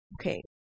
okay